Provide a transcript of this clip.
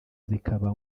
zikaba